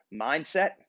Mindset